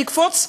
נקפוץ?